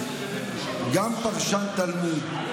גם פרשן תלמוד.